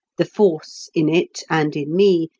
the force in it, and in me,